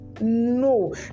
no